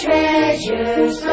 Treasures